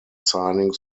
signing